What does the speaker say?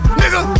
nigga